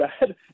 bad